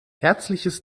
herzliches